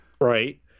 right